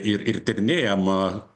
ir ir tyrinėjama